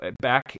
back